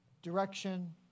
Direction